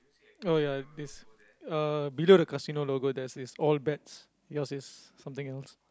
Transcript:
oh ya this uh below the Casino logo there's this all bets yours is something else